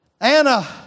Anna